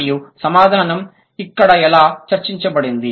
మరియు సమాధానం ఇక్కడ ఎలా చర్చించబడింది